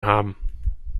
haben